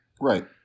Right